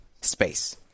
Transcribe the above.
space